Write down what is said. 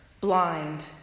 blind